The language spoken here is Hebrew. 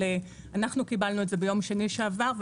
אבל אנחנו קיבלנו את זה ביום שני שעבר,